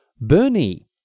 Bernie